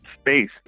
space